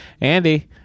Andy